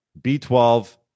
B12